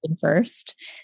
first